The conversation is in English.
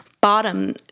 bottom